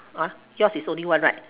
uh yours is only one right